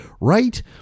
right